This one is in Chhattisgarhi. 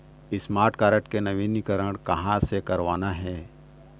स्मार्ट कारड के नवीनीकरण कहां से करवाना हे?